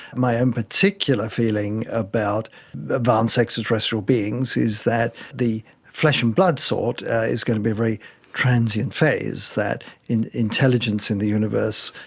my own particular feeling about advanced extra-terrestrial beings is that the flesh and blood sort is going to be very transient phase, that intelligence in the universe,